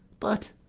but,